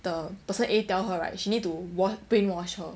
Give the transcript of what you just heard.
the person a tell her right she need to wash brainwash her